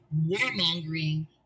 warmongering